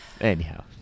anyhow